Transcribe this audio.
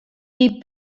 die